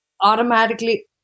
automatically